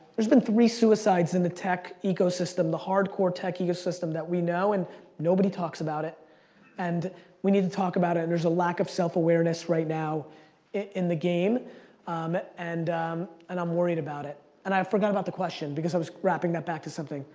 there's been three suicides in the tech ecosystem, the hardcore tech ecosystem that we know and nobody talks about it and we need to talk about it. and there's a lack of self-awareness right now in the game um and and i'm worried about it. and i forgot about the question because i was wrapping that back to something.